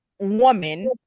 Woman